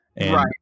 Right